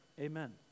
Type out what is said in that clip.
amen